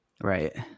right